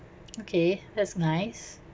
okay that's nice